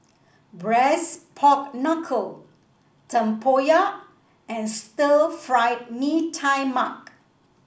Braised Pork Knuckle tempoyak and Stir Fried Mee Tai Mak